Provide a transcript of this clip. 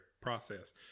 process